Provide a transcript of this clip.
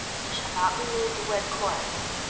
ye shall not be made to wed corrus!